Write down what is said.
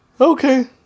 Okay